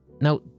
now